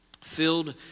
Filled